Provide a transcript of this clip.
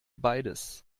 beides